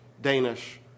Danish